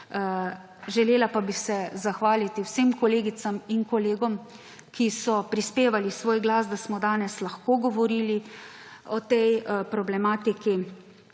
želela pa bi se zahvaliti vsem kolegicam in kolegom, ki so prispevali svoj glas, da smo danes lahko govorili o tej problematiki,